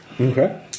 Okay